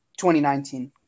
2019